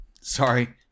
Sorry